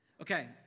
Okay